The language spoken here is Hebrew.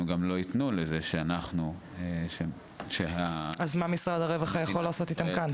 הם גם לא יתנו שאנחנו --- אז מה משרד הרווחה יכול לעשות איתם כאן?